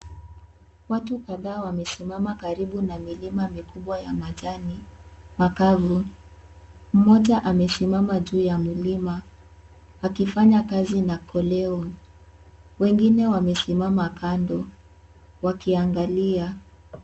Watu kadhaa wamesimama karibu na milima mikubwa ya majani makavu. Moja amesimama juu ya mlima akifanya kazi na koleo. Wengine wamesimama kando wakiangalia.